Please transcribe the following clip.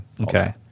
Okay